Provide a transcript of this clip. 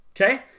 Okay